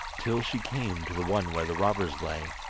till she came to the one where the robbers lay.